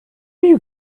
you